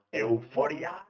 euforia